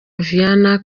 vienna